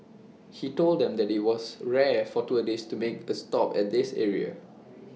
he told them that IT was rare for tourists to make A stop at this area